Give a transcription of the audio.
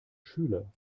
schüler